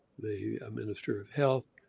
the minister of health.